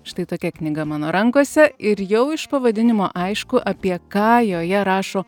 štai tokia knyga mano rankose ir jau iš pavadinimo aišku apie ką joje rašo